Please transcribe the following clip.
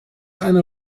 eine